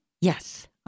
Yes